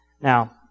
Now